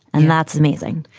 and that's amazing.